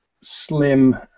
Slim